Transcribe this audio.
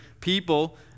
people